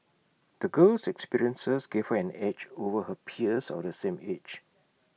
the girl's experiences gave her an edge over her peers of the same age